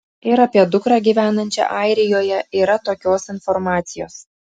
ir apie dukrą gyvenančią airijoje yra tokios informacijos